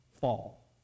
fall